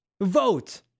Vote